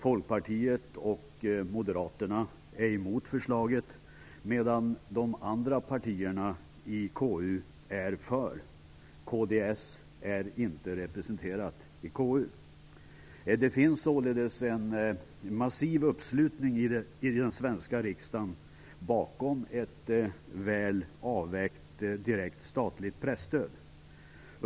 Folkpartiet och Moderaterna är emot förslaget medan de andra partierna i KU är för. Kds är inte representerat i KU. Det finns således en massiv uppslutning i den svenska riksdagen bakom ett väl avvägt direkt statligt presstöd.